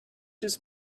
his